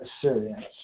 Assyrians